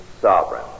sovereign